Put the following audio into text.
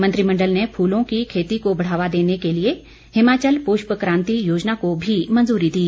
मंत्रिमंडल ने फूलों की खेती को बढ़ावा देने के लिए हिमाचल पुष्प कांति योजना को भी मंजूरी दी